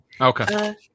Okay